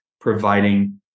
providing